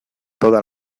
toda